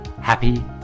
Happy